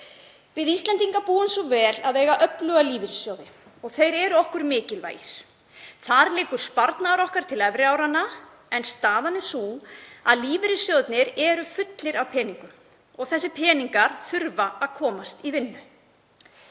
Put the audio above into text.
Við Íslendingar búum svo vel að eiga öfluga lífeyrissjóði og þeir eru okkur mikilvægir, þar liggur sparnaður okkar til efri áranna. Staðan er sú að lífeyrissjóðirnir eru fullir af peningum og þessir peningar þurfa að komast í vinnu.